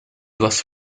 was